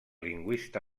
lingüista